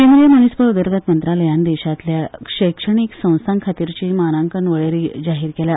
केंद्रीय मनीसबळ उदरगत मंत्रालयान देशांतल्या शिक्षणीक संस्था खातीरची मानांकन वळेरी जाहीर केल्या